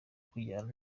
kujyana